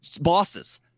bosses